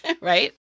right